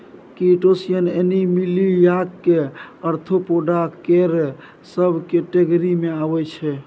crustacean एनीमिलियाक arthropoda केर सब केटेगिरी मे अबै छै